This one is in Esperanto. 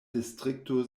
distrikto